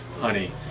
honey